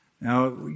Now